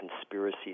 conspiracy